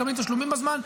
מקבלים תשלומים בזמן.